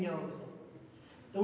you know th